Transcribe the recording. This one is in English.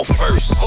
first